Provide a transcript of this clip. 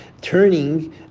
turning